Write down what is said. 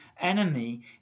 enemy